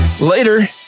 Later